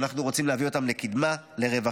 ואנחנו רוצים להביא אותן לקדמה ולרווחה.